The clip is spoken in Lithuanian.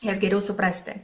jas geriau suprasti